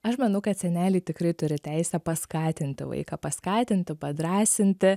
aš manau kad seneliai tikrai turi teisę paskatinti vaiką paskatinti padrąsinti